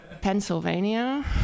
Pennsylvania